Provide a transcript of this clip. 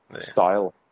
style